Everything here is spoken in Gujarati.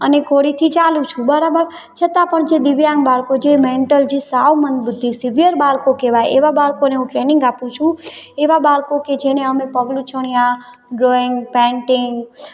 અને ઘોડીથી ચાલું છું બરાબર છતાં પણ જે દિવ્યાંગ બાળકો જે મેન્ટલ જે સાવ મંદબુદ્ધિ સીવીઅર બાળકો કહેવાય એવાં બાળકોને હું ટ્રેનિંગ આપું છું એવાં બાળકો કે જેને અમે પગલૂછણિયાં ડ્રોઈંગ પેન્ટિંગ